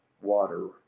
water